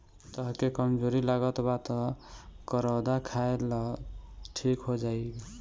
तहके कमज़ोरी लागत बा तअ करौदा खाइ लअ ठीक हो जइब